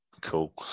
cool